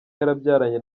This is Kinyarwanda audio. yarabyaranye